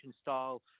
style